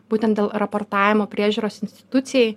būtent dėl raportavimo priežiūros institucijai